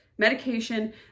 Medication